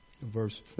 verse